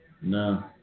No